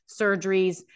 surgeries